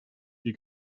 die